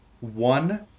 one